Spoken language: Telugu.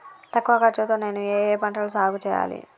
తక్కువ ఖర్చు తో నేను ఏ ఏ పంటలు సాగుచేయాలి?